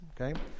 Okay